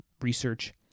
research